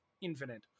infinite